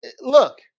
Look